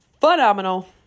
phenomenal